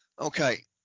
Okay